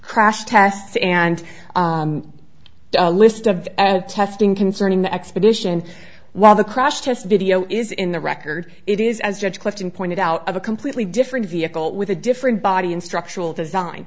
crash tests and a list of testing concerning the axe addition while the crash test video is in the record it is as judge clifton pointed out of a completely different vehicle with a different body and structural design